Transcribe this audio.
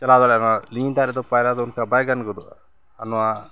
ᱪᱟᱞᱟᱣ ᱫᱟᱲᱮᱭᱟᱜᱼᱟ ᱞᱤᱸᱜᱤᱱ ᱫᱟᱜ ᱨᱮᱫᱚ ᱯᱟᱭᱨᱟ ᱫᱚ ᱚᱱᱠᱟ ᱵᱟᱭ ᱜᱟᱱ ᱜᱚᱫᱚᱜᱼᱟ ᱟᱨ ᱱᱚᱣᱟ